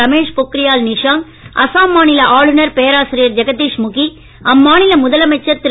ரமேஷ் பொக்ரியால் நிஷாங்க் அசாம் மாநில ஆளுநர் பேராசிரியர் ஜெகதீஷ் முகி அம்மாநில முதலமைச்சர் திரு